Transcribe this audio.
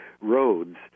roads